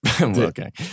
Okay